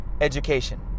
education